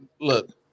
look